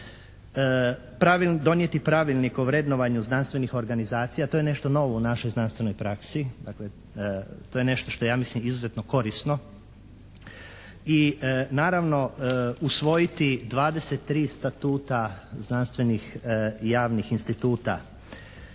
donijeti Pravilnik o vrednovanju znanstvenih organizacija, to je nešto novo u našoj znanstvenoj praksi, dakle to je nešto što ja mislim izuzetno korisno. I naravno usvojiti 23 statuta znanstvenih i javnih instituta.